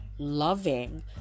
loving